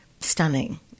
stunning